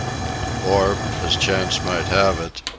or, as chance might have it,